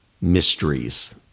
mysteries